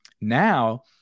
Now